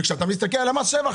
וכשאתה מסתכל על מס שבח,